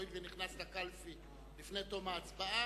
הואיל ונכנס לקלפי לפני תום ההצבעה,